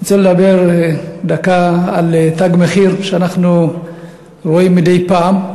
אני רוצה לדבר דקה על "תג מחיר" שאנחנו רואים מדי פעם,